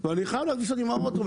ואני חייב לנסוע עם האוטו.